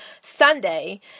Sunday